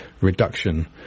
reduction